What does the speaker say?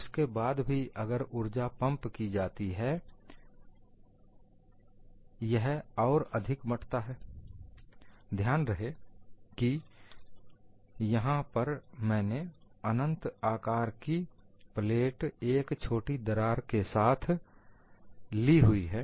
इसके बाद भी अगर ऊर्जा पंप की जाती है यह और अधिक बंटता है ध्यान रहे कि मैंने यहां पर अनंत आकार की प्लेट एक छोटी दरार के साथ ली हुई है